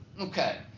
Okay